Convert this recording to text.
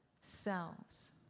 selves